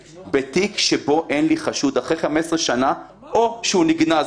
כי למעשה אין כאן איזשהו חשוד חי שנחקר באזהרה ואני מבקש